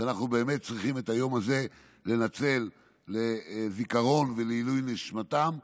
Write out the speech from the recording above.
ואנחנו באמת צריכים לנצל את היום הזה לזיכרון ולעילוי נשמתם,